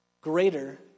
greater